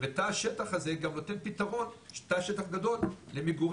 בתא השטח הזה גם לתת פתרון של תא שטח גדול להרחבות.